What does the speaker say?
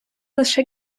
лише